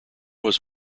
was